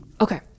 Okay